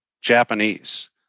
Japanese